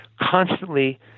constantly